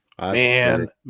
Man